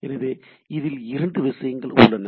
எனவே இதில் இரண்டு விஷயங்கள் உள்ளன